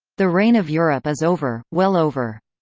the reign of europe is over, well over.